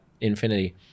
infinity